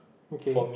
okay